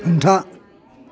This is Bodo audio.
हमथा